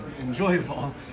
enjoyable